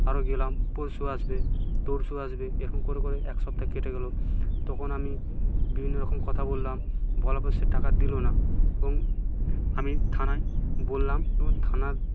আরও গেলাম পরশু আসবে তরশু আসবে এরকম করে করে এক সপ্তাহ কেটে গেল তখন আমি বিভিন্ন রকম কথা বললাম বলার পর সে টাকা দিল না এবং আমি থানায় বললাম এবং থানার